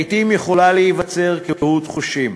לעתים יכולה להיווצר קהות חושים.